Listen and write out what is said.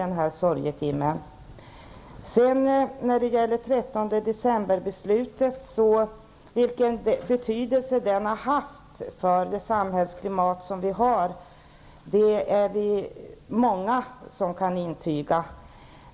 När det gäller 13-december-beslutet är vi många som kan intyga vilken betydelse det har haft för samhällsklimatet.